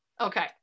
Okay